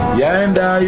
yanda